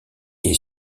est